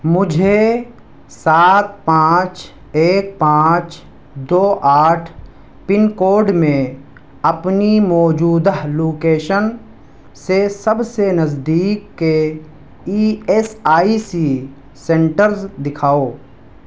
مجھے سات پانچ ایک پانچ دو آٹھ پن کوڈ میں اپنی موجودہ لوکیشن سے سب سے نزدیک کے E S I C centres دکھاؤ